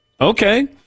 Okay